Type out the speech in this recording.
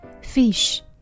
fish